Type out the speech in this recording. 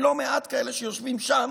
מלא מעט כאלה שיושבים שם,